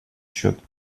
счет